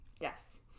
Yes